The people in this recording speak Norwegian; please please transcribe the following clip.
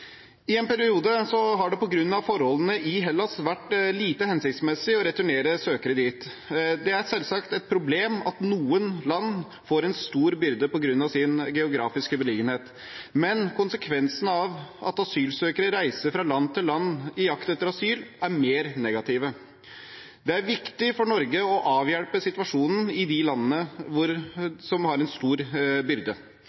I en periode har det på grunn av forholdene i Hellas vært lite hensiktsmessig å returnere søkere dit. Det er selvsagt et problem at noen land får en stor byrde på grunn av sin geografiske beliggenhet, men konsekvensene av at asylsøkere reiser fra land til land i jakten på asyl, er mer negative. Det er viktig for Norge å avhjelpe situasjonen i de landene